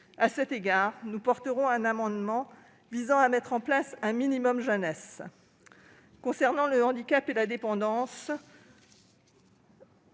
À cet égard, nous porterons un amendement visant à mettre en place un « minimum jeunesse ». Concernant le handicap et la dépendance,